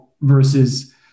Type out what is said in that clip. versus